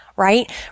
right